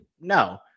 No